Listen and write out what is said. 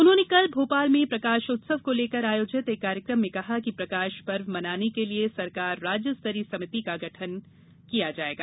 उन्होंने कल भोपाल में प्रकाश उत्सव को लेकर आयोजित एक कार्यक्रम में कहा कि प्रकाश पर्व मनाने के लिए सरकार राज्य स्तरीय समिति का गठन किया जायेगा